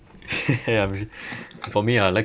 I'm j~ for me I like